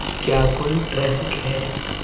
کیا کوئی ٹریفک ہے